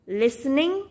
listening